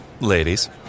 ladies